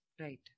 Right